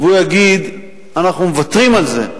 והוא יגיד: אנחנו מוותרים על זה,